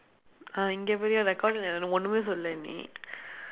ah இங்கே பேசு:ingkee peesu courtlae ஒன்னுமே சொல்லலே நீ:onnumee sollalee nii